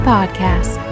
Podcast